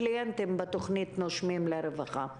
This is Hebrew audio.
וכו' לקליינטים בתוכנית "נושמים לרווחה".